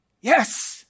Yes